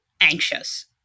anxious